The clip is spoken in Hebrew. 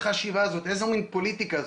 חשיבה זאת, איזו מן פוליטיקה זאת?